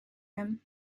him